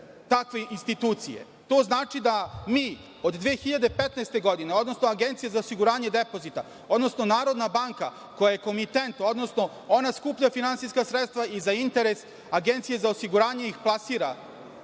takve institucije. To znači da mi od 2015. godine, odnosno Agencija za osiguranje depozita, odnosno Narodna banka, koja je komitent, odnosno ona skuplja finansijska sredstva i za interes Agencije za osiguranje ih plasira,